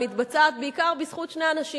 מתבצעת בעיקר בזכות שני גורמים,